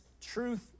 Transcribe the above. truth